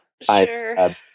Sure